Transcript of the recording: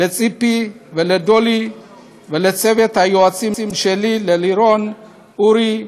לציפי, לדולי ולצוות היועצים שלי, ללירון, אורי,